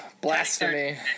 blasphemy